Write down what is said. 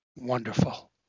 wonderful